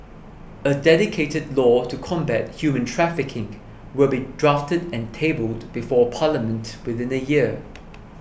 a dedicated law to combat human trafficking will be drafted and tabled before Parliament within a year